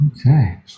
Okay